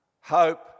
Hope